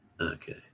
Okay